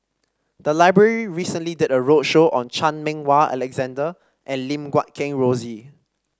the library recently did a roadshow on Chan Meng Wah Alexander and Lim Guat Kheng Rosie